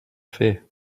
fer